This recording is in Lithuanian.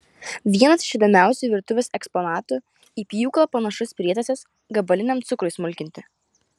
vienas iš įdomiausių virtuvės eksponatų į pjūklą panašus prietaisas gabaliniam cukrui smulkinti